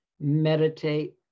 meditate